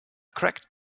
cracked